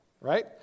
right